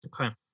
Okay